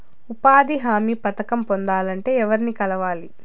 ఉపాధి హామీ పథకం పొందాలంటే ఎవర్ని కలవాలి?